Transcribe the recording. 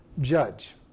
judge